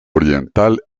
oriental